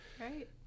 right